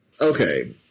Okay